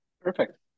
Perfect